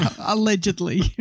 Allegedly